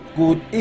good